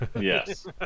Yes